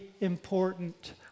important